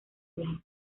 viejas